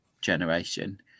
generation